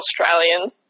Australians